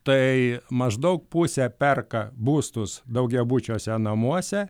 tai maždaug pusė perka būstus daugiabučiuose namuose